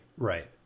Right